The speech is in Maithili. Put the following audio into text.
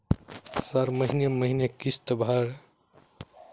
सर महीने महीने किस्तसभ मे किछ कुछ पैसा जमा करब ओई लेल कोनो कर्जा छैय?